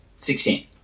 Sixteen